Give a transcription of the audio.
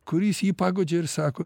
kuris jį paguodžia ir sako